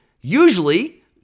usually